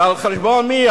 ועל חשבון מי?